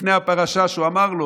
לפני הפרשה שהוא אמר לו